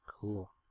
Cool